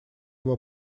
его